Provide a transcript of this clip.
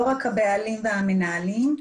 לא רק הבעלים והמנהלים,